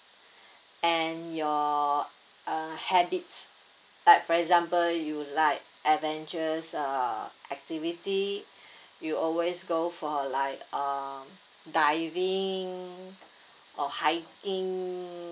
and your uh habits but for example you like adventures uh activity you always go for like uh divng or hiking